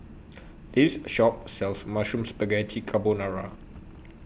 This Shop sells Mushroom Spaghetti Carbonara